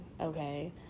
okay